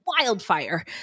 wildfire